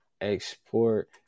export